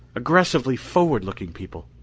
aggressively forward-looking people.